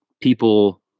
people